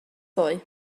ddoe